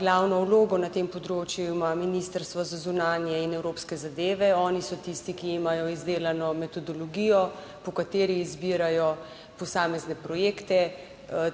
Glavno vlogo na tem področju ima Ministrstvo za zunanje in evropske zadeve, oni so tisti, ki imajo izdelano metodologijo, po kateri izbirajo posamezne projekte.